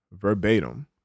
verbatim